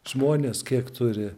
žmonės kiek turi